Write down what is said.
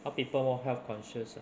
help people more health conscious uh